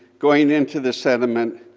going into the sediment,